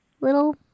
little